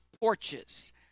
porches